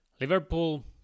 Liverpool